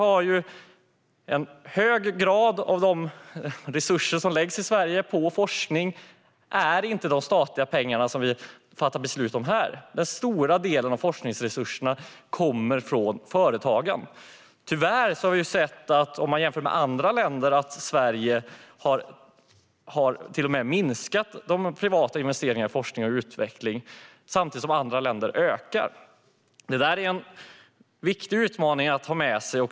En stor del av de resurser som i dag läggs på forskning i Sverige utgörs inte av de statliga pengar vi fattar beslut om här, utan en stor del av forskningsresurserna kommer från företagen. Om man jämför med andra länder ser man tyvärr att de privata investeringarna i forskning och utveckling har minskat i Sverige, samtidigt som de ökar i andra länder. Detta är en viktig utmaning att ha med sig.